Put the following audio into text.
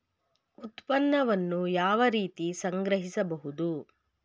ಉತ್ಪನ್ನವನ್ನು ಯಾವ ರೀತಿ ಸಂಗ್ರಹಿಸಬಹುದು?